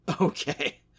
Okay